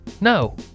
No